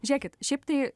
žiūrėkit šiaip tai